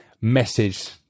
message